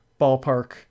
ballpark